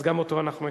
103 זה חברת חשמל,